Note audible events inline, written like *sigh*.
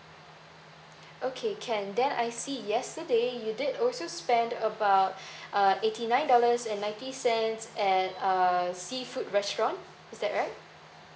okay can then I see yesterday you did also spend about *breath* uh eighty nine dollars and ninety cents at uh seafood restaurant is that right